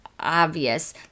obvious